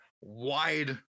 wide